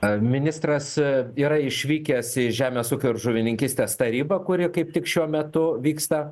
a ministras a yra išvykęs į žemės ūkio ir žuvininkystės tarybą kuri kaip tik šiuo metu vyksta